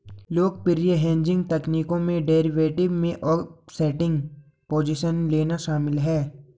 लोकप्रिय हेजिंग तकनीकों में डेरिवेटिव में ऑफसेटिंग पोजीशन लेना शामिल है